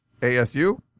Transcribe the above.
ASU